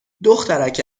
دخترک